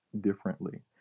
differently